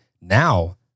now